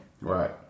Right